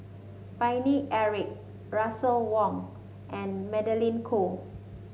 Paine Eric Russel Wong and Magdalene Khoo